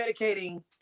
medicating